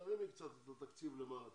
תרימי קצת את התקציב למעלה טיפה.